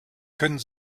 können